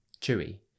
Chewy